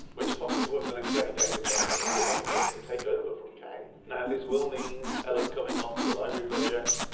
when she pops into work the next day david tells but her he would like her to take over from kay. now this will mean ellen coming off the library project